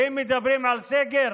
ואם מדברים על סגר,